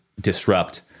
disrupt